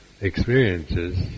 experiences